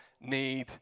need